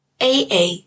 AA